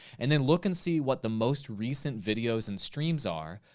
and then look and see what the most recent videos and streams are,